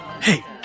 Hey